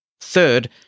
Third